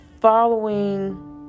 following